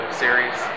series